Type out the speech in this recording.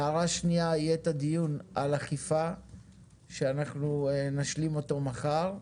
הערה שנייה: יהיה דיון על אכיפה שאנחנו נשלים אותו מחר,